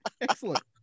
Excellent